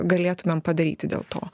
galėtumėm padaryti dėl to